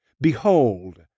Behold